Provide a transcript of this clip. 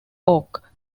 oak